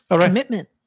commitment